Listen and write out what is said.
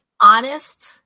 Honest